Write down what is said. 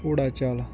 ਘੋੜਾ ਚਾਲ